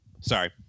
sorry